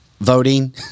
voting